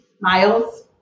miles